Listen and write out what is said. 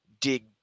dig